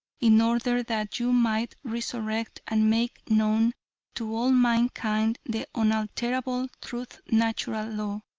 in order that you might resurrect and make known to all mankind the unalterable truth natural law.